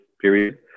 period